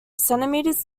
centimeters